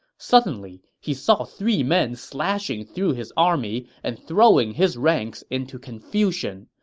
suddenly he saw three men slashing through his army and throwing his ranks into confusion.